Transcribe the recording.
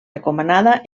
recomanada